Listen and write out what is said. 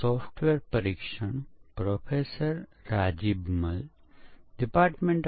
software પરીક્ષણ પરના આ કોર્સમાં તમારું સ્વાગત છે